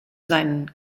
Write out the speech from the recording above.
seinen